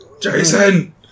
Jason